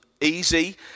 easy